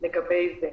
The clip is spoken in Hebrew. לגבי זה.